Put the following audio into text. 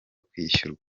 kwishyurwa